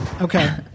Okay